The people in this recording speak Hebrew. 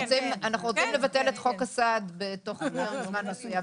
אנחנו רוצים לבטל את חוק הסעד בזמן מסוים,